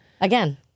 Again